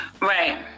Right